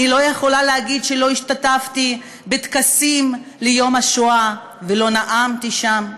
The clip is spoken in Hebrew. אני לא יכולה להגיד שלא השתתפתי בטקסים ביום השואה ולא נאמתי שם,